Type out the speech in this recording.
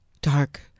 dark